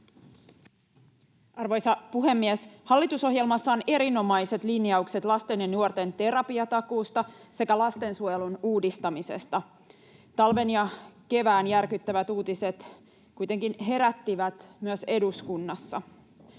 Arvoisa puhemies! Hallitusohjelmassa on erinomaiset linjaukset lasten ja nuorten terapiatakuusta sekä lastensuojelun uudistamisesta. Talven ja kevään järkyttävät uutiset kuitenkin herättivät myös eduskunnassa.